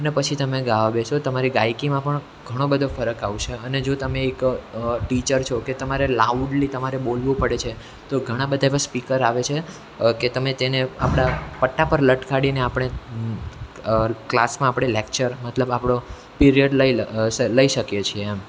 અને પછી તમે ગાવા બેસો તમારી ગાયકીમાં પણ ઘણો બધો ફરક આવશે અને જો તમે એક ટીચર છો કે તમારે લાઉડલી તમારે બોલવું પડે છે તો ઘણા બધા એવા સ્પીકર આવે છે કે તમે તેને આપણા પટ્ટા પર લટકાવીને આપણે ક્લાસમાં આપણે લેકચર મતલબ આપણો પિરિયડ લઈ લઈ શકીએ છીએ એમ